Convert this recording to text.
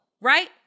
right